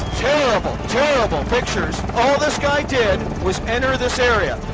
terrible, terrible pictures. all this guy did was enter this area.